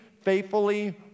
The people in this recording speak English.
faithfully